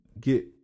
get